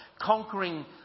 conquering